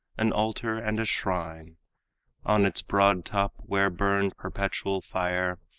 an altar and a shrine on its broad top, where burned perpetual fire,